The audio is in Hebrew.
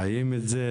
חיים את זה,